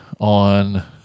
on